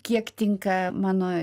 kiek tinka mano